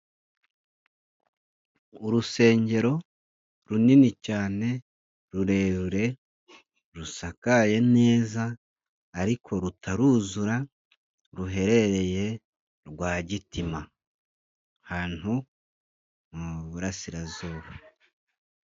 Urusengero runini cyane rurerure rusakaye neza ariko rutaruzura ruherereye Rwagitima, ahantu mu Burasirazuba.